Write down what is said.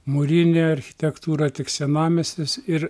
mūrinė architektūra tik senamiestis ir